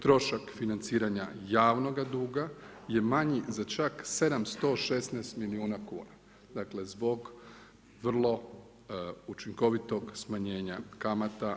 Trošak financiranja javnoga duga je manji za čak 716 milijuna kuna, dakle zbog vrlo učinkovitog smanjenja kamata.